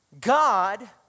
God